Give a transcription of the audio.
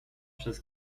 przez